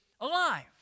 alive